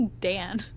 Dan